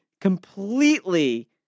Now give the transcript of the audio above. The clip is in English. completely